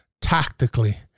tactically